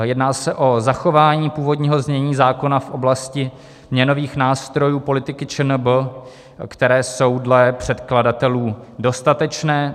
Jedná se o zachování původního znění zákona v oblasti měnových nástrojů politiky ČNB, které jsou dle předkladatelů dostatečné.